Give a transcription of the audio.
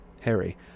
Harry